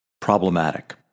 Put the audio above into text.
problematic